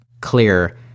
clear